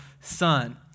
son